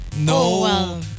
No